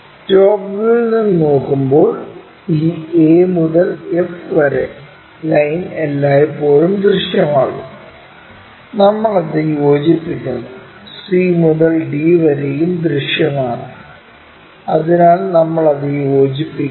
top വ്യൂവിൽ നിന്ന് നോക്കുമ്പോൾ ഈ a മുതൽ f വരെ ലൈൻ എല്ലായ്പ്പോഴും ദൃശ്യമാകും നമ്മൾ അത് യോജിപ്പിക്കുന്നു c മുതൽ d വരെയും ദൃശ്യമാണ് അതിനാൽ നമ്മൾ അത് യോജിപ്പിക്കുന്നു